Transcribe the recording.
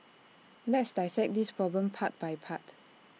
let's dissect this problem part by part